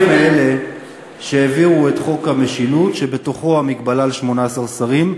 אנחנו היינו מאלה שהעבירו את חוק המשילות שבתוכו המגבלה של 18 שרים,